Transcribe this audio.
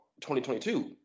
2022